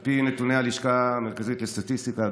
על פי נתוני הלשכה המרכזית לסטטיסטיקה,